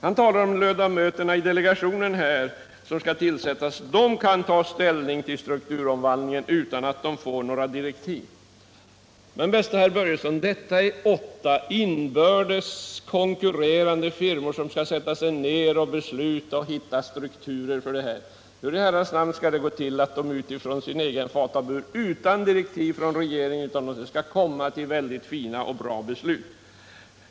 Han säger att ledamöterna i den delegation som skall tillsättas kan ta ställning till strukturomvandlingen utan direktiv. Men, bäste herr Börjesson, det är åtta inbördes konkurrerande firmor som skall sätta sig ned och diskutera denna strukturomvandling. Hur skall dessa från sin egen fatabur, utan direktiv från regeringen, kunna komma fram till fina och bra beslut?